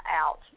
out